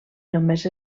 només